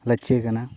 ᱞᱟᱪᱪᱷᱚ ᱠᱟᱱᱟ